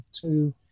two